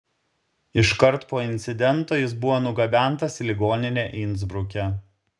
iškart po incidento jis buvo nugabentas į ligoninę insbruke